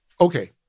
okay